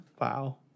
Wow